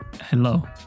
Hello